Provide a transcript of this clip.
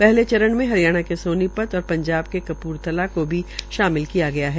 पहले चरण में हरियाणा के सोनीपत और पंजाब के कपूरथला को भी शामिल किया गया है